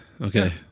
Okay